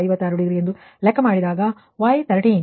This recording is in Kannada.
56 ಡಿಗ್ರಿ ಎಂದು ಲೆಕ್ಕ ಮಾಡಿದಾಗ Y13 31